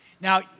Now